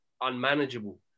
unmanageable